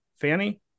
Fanny